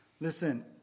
Listen